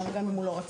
גם אם הוא לא רצה,